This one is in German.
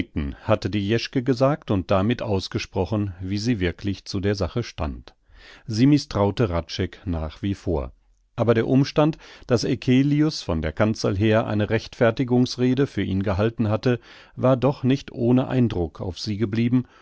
hatte die jeschke gesagt und damit ausgesprochen wie sie wirklich zu der sache stand sie mißtraute hradscheck nach wie vor aber der umstand daß eccelius von der kanzel her eine rechtfertigungsrede für ihn gehalten hatte war doch nicht ohne eindruck auf sie geblieben